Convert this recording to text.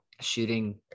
shooting